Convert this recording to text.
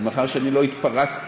ומאחר שאני לא התפרצתי,